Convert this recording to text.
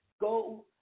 Go